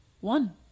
one